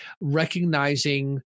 recognizing